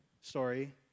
story